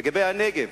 לגבי הנגב,